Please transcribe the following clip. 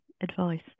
advice